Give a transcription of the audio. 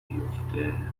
بیافته